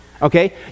Okay